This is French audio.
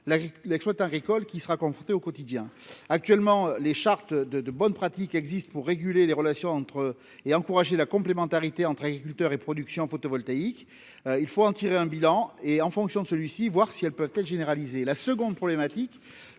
l'exploitant agricole qui sera confronté au quotidien actuellement les chartes de bonnes pratiques existent pour réguler les relations entre et encourager la complémentarité entre agriculteurs et production photovoltaïque, il faut en tirer un bilan et en fonction de celui-ci, voir si elles peuvent généraliser la seconde problématique,